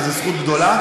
וזאת זכות גדולה.